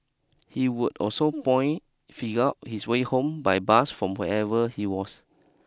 he would also point figure out his way home by bus from wherever he was